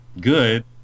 Good